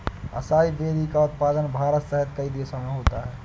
acai berry का उत्पादन भारत सहित कई देशों में होता है